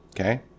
Okay